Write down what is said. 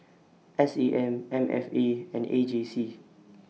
S A M M F A and A J C